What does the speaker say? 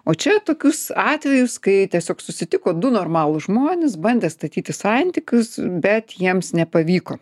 o čia tokius atvejus kai tiesiog susitiko du normalūs žmonės bandę statyti santykius bet jiems nepavyko